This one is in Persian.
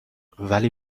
ولی